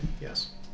Yes